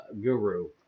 guru